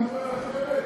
דבר שני,